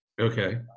Okay